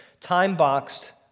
time-boxed